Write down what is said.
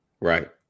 Right